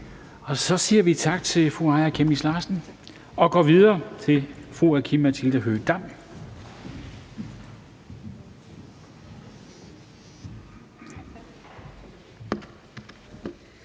Så siger vi tak til fru Aaja Chemnitz Larsen og går videre til fru Aki-Matilda Høegh-Dam.